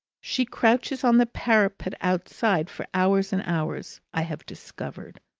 she crouches on the parapet outside for hours and hours. i have discovered,